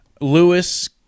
Lewis